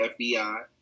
FBI